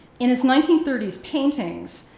in his nineteen thirty s paintings,